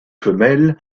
femelle